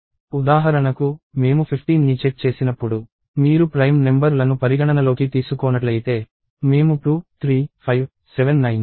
ఉదాహరణకు మేము 15ని చెక్ చేసినప్పుడు మీరు ప్రైమ్ నెంబర్ లను పరిగణనలోకి తీసుకోనట్లయితే మేము 2 3 5 7 9 మరియు మరిన్నింటిని చెక్ చేస్తాము